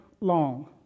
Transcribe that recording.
long